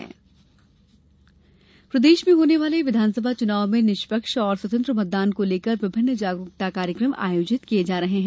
मतदाता जागरूकता प्रदेश में होने वाले विधानसभा चुनाव में निष्पक्ष और स्वतंत्र मतदान को लेकर विभिन्न जागरूकता कार्यक्रम आयोजित किये जा रहे हैं